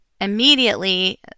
immediately